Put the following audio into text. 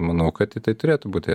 manau kad į tai turėtų būti